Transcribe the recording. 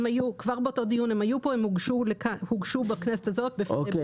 כבר באותו דיון הן היו כאן והוגשו בכנסת הזאת בדצמבר.